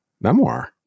memoir